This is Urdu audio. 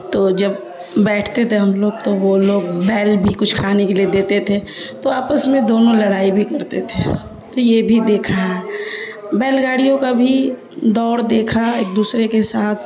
تو جب بیٹھتے تھے ہم لوگ تو وہ لوگ بیل بھی کچھ کھانے کے لیے دیتے تھے تو آپس میں دونوں لڑائی بھی کرتے تھے تو یہ بھی دیکھا ہے بیل گاڑیوں کا بھی دور دیکھا ایک دوسرے کے ساتھ